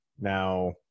now